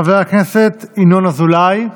חבר הכנסת ינון אזולאי,